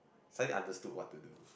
suddenly understood what to do